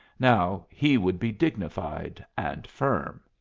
now he would be dignified and firm.